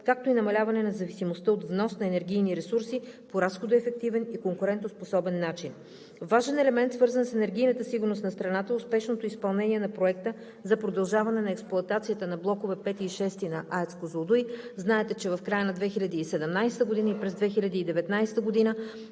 както и намаляване на зависимостта от внос на енергийни ресурси по разходоефективен и конкурентоспособен начин. Важен елемент, свързан с енергийната сигурност на страната, е успешното изпълнение на проекта за продължаване на експлоатацията на блокове V и VІ на АЕЦ „Козлодуй“. Знаете, че в края на 2017 г. и през 2019 г.